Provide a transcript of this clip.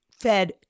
fed